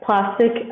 Plastic